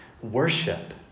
Worship